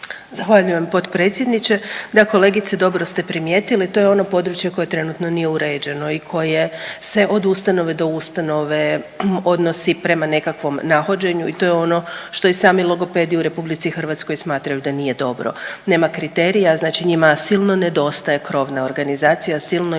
Zahvaljujem potpredsjedniče. Da kolegice dobro ste primijetili, to je ono područje koje trenutno nije uređeno i koje se od ustanove do ustanove odnosi prema nekakvom nahođenju i to je ono što i sami logopedi u RH smatraju da nije dobro. Nema kriterija, znači njima silno nedostaje krovna organizacija, silno im